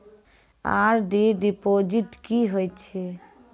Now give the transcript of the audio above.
RD deposit की होय छै?